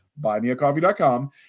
buymeacoffee.com